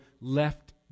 left